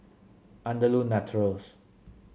Andalou Naturals